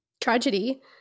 tragedy